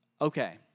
Okay